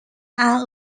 are